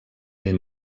ell